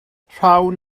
rhawn